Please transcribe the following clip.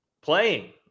Playing